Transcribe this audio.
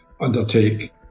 undertake